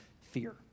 fear